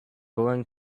going